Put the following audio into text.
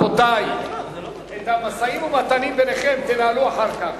רבותי, את המשאים-ומתנים ביניכם תנהלו אחר כך.